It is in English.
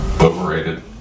overrated